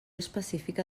específica